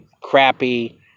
crappy